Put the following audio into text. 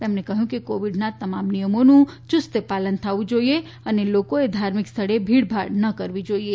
તેમણે કહ્યું કે કોવિડના તમામ નિયમોનું યુસ્ત પાલન થવું જોઇએ અને લોકોએ ધાર્મિક સ્થળે ભીડભાડ ન કરવી જોઇએ